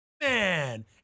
man